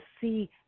see